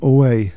Away